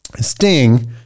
Sting